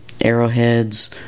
arrowheads